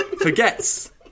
forgets